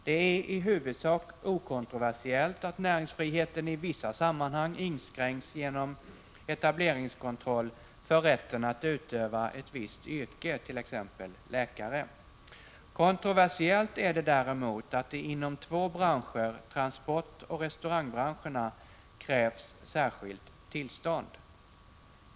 Det är i huvudsak okontroversiellt att näringsfriheten i vissa sammanhang inskränks genom etableringskontroll när det gäller rätt att utöva ett visst yrke, t.ex. läkaryrket. Kontroversiellt är det däremot att det inom två branscher, transportbranschen och restaurangbranschen, krävs särskilt tillstånd.